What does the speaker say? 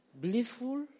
blissful